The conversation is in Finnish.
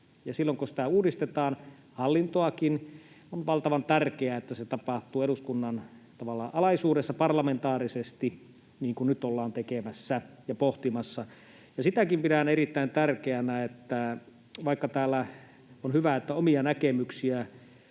silloin kun sitä uudistetaan, hallintoakin, on valtavan tärkeää, että se tapahtuu tavallaan eduskunnan alaisuudessa parlamentaarisesti, niin kuin nyt ollaan tekemässä ja pohtimassa. Ja sitäkin pidän erittäin tärkeänä, että vaikka on hyvä, että täällä omia näkemyksiä